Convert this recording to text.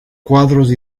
cuadros